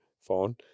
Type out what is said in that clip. phone